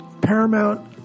Paramount